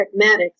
pragmatics